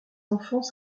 enfants